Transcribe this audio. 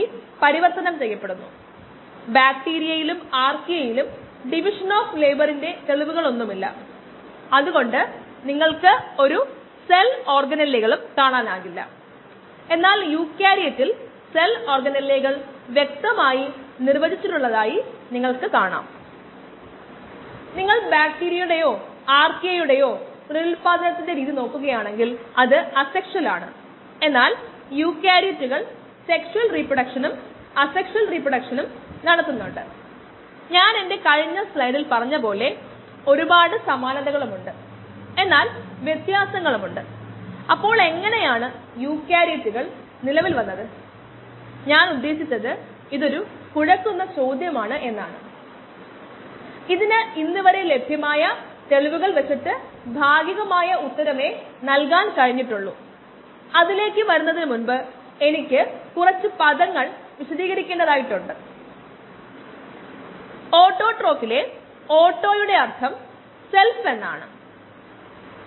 അതിനാൽ നമ്മൾ ഇവിടെ ലോഗ് ഫേസിൽ മാത്രം ശ്രദ്ധ കേന്ദ്രീകരിക്കുന്നു അറിയപ്പെടുന്ന വേരിയബിളുകൾ 1 mu എന്നത് 0